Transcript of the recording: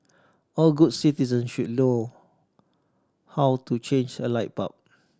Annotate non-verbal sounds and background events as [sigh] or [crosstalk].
all good citizen should [unintelligible] how to change a light bulb